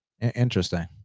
interesting